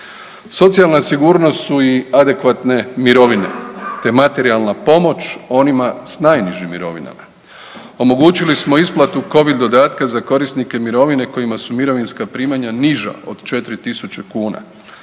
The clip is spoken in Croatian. Socijalna sigurnost su i adekvatne mirovine te materijalna pomoć onima s najnižim mirovinama. Omogućili smo isplatu Covid dodatka za korisnike mirovine kojima su mirovinska primanja niža od 4.000 kuna.